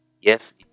Yes